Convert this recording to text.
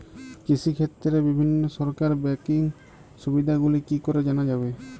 কৃষিক্ষেত্রে বিভিন্ন সরকারি ব্যকিং সুবিধাগুলি কি করে জানা যাবে?